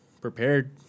prepared